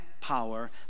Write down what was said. power